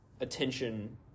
attention